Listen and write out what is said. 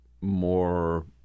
more